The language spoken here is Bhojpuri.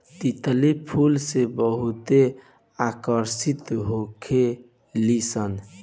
तितली फूल से बहुते आकर्षित होखे लिसन